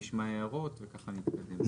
נשמע הערות וככה נתקדם.